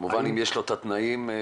כמובן אם יש לו את התנאים בבית.